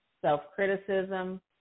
self-criticism